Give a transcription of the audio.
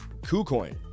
KuCoin